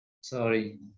sorry